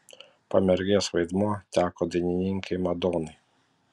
pamergės vaidmuo teko dainininkei madonai